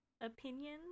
opinion